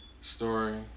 story